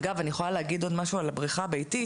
אגב, אני יכול להגיד עוד משהו על הבריכה הביתית,